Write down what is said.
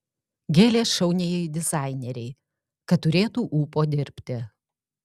gėlės šauniajai dizainerei kad turėtų ūpo dirbti